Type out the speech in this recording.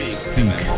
speak